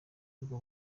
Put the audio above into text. ubwo